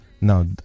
Now